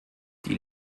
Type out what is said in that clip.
die